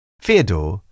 Fyodor